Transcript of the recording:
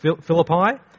Philippi